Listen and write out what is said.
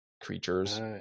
creatures